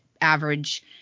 average